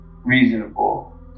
Reasonable